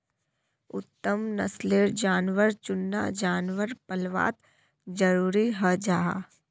उत्तम नस्लेर जानवर चुनना जानवर पल्वात ज़रूरी हं जाहा